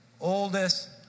oldest